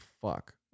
fuck